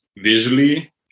visually